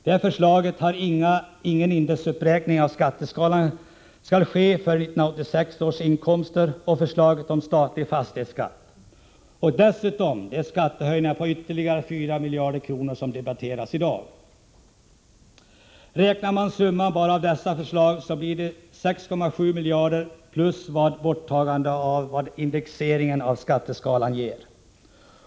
Det är förslaget att ingen indexuppräkning av skatteskalan skall ske för 1986 års inkomster och förslaget om statlig fastighetsskatt och dessutom de skattehöjningar på ytterligare 4 miljarder som debatteras i dag. Räknar man fram summan bara av dessa förslag blir det 6,7 miljarder plus vad borttagandet av vad indexeringen av skatteskalan ger.